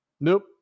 Nope